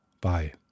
Bye